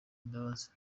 imbabazi